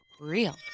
real